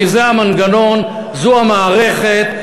כי זה המנגנון, זו המערכת.